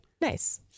Nice